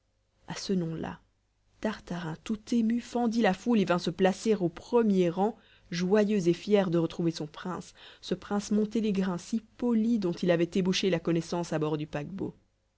a ce nom tartarin tout ému fendit la foule et vint se placer an premier rang joyeux et fier de retrouver son prince ce prince monténégrin si poli dont il avait ébauché la connaissance à bord du paquebot